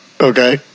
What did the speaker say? Okay